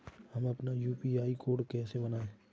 हम अपना UPI code कैसे बनाएँ?